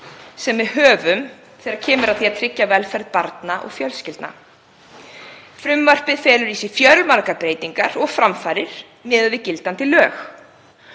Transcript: kerfunum þegar kemur að því að tryggja velferð barna og fjölskyldna. Frumvarpið felur í sér fjölmargar breytingar og framfarir miðað við gildandi lög.